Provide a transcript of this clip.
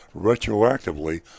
retroactively